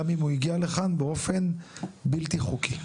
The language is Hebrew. גם אם הוא הגיע לכאן באופן בלתי חוקי,